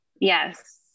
Yes